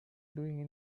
doing